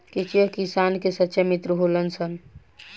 केचुआ किसान के सच्चा मित्र होलऽ सन